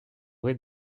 rez